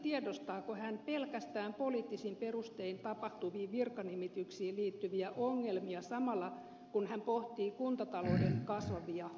tiedostaako hän pelkästään poliittisin perustein tapahtuviin virkanimityksiin liittyviä ongelmia samalla kun hän pohtii kuntatalouden kasvavia ongelmia